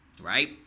right